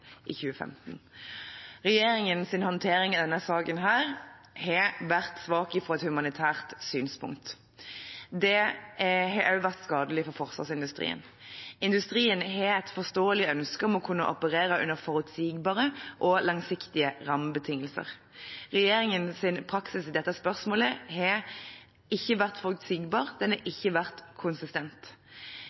i 2015. Regjeringens håndtering i denne saken har vært svak fra et humanitært synspunkt. Det har også vært skadelig for forsvarsindustrien. Industrien har et forståelig ønske om å kunne operere under forutsigbare og langsiktige rammebetingelser. Regjeringens praksis i dette spørsmålet har ikke vært forutsigbar, den har ikke vært konsistent.